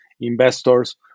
investors